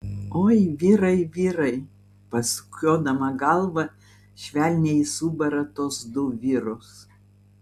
oi vyrai vyrai pasukiodama galvą švelniai ji subara tuos du vyrus